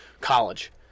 college